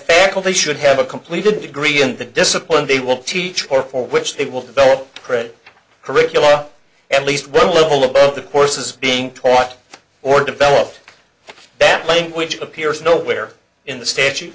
faculty should have a completed degree in the discipline they will teach or for which they will develop grade curricula at least one level above the courses being taught or developed that language appears nowhere in the statu